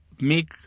make